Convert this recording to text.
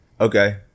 Okay